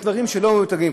יש דברים שלא מתרגלים.